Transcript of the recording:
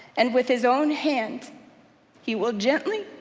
and with his own hand he will gently,